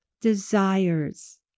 Desires